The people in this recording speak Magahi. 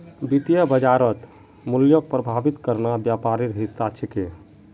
वित्तीय बाजारत मूल्यक प्रभावित करना व्यापारेर हिस्सा छिके